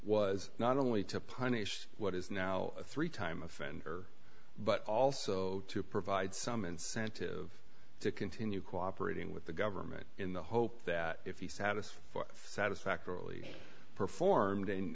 was not only to punish what is now a three time offender but also to provide some incentive to continue cooperating with the government in the hope that if you satisfy satisfactorily performed